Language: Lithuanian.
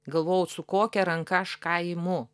galvojau su kokia ranka aš ką imu